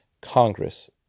Congress